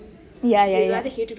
ya ya ya